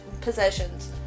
possessions